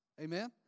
Amen